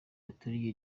baturiye